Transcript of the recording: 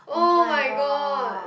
oh-my-god